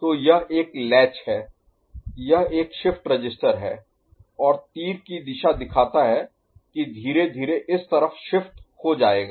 तो यह एक लैच है यह एक शिफ्ट रजिस्टर है और तीर की दिशा दिखाता है कि धीरे धीरे इस तरफ शिफ्ट हो जायेगा